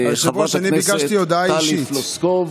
חברת הכנסת טלי פלוסקוב,